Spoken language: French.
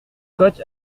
coq